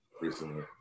recently